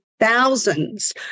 Thousands